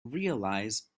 realize